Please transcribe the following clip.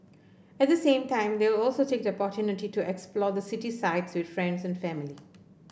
at the same time they will also take the opportunity to explore the city sights with friends and family